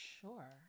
sure